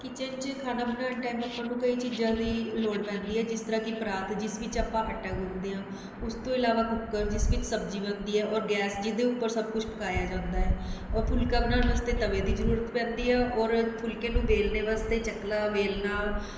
kitchen 'ਚ ਖਾਣਾ ਬਣਾਉਣ ਟਾਈਮ ਆਪਾਂ ਨੂੰ ਕਈ ਚੀਜ਼ਾਂ ਦੀ ਲੋੜ ਪੈਂਦੀ ਹੈ ਜਿਸ ਤਰ੍ਹਾਂ ਕਿ ਪਰਾਤ ਜਿਸ ਵਿੱਚ ਆਪਾਂ ਆਟਾ ਗੁੰਨਦੇ ਹਾਂ ਉਸ ਤੋਂ ਇਲਾਵਾ ਕੁੱਕਰ ਜਿਸ ਵਿੱਚ ਸਬਜ਼ੀ ਬਣਦੀ ਹੈ ਔਰ ਗੈਸ ਜਿਹਦੇ ਉੱਪਰ ਸਭ ਕੁਝ ਪਕਾਇਆ ਜਾਂਦਾ ਹੈ ਔਰ ਫੁਲਕਾ ਬਣਾਉਣ ਵਾਸਤੇ ਤਵੇ ਦੀ ਜਰੂਰਤ ਪੈਂਦੀ ਹੈ ਔਰ ਫੁਲਕੇ ਨੂੰ ਵੇਲਣੇ ਵਾਸਤੇ ਚੱਕਲਾ ਵੇਲਣਾ